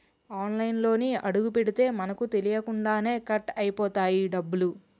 ఆన్లైన్లోకి అడుగుపెడితే మనకు తెలియకుండానే కట్ అయిపోతాయి డబ్బులు